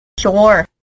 Sure